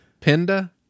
Pinda